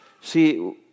See